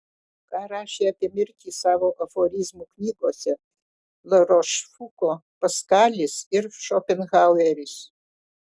ką rašė apie mirtį savo aforizmų knygose larošfuko paskalis ir šopenhaueris